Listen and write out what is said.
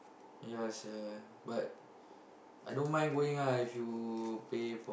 ya sia but I don't mind going lah if you pay